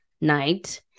night